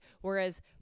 whereas